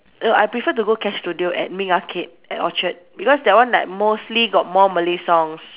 no I prefer to go cash studio at Ming Arcade at Orchard because that one like mostly got more Malay songs